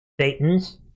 satan's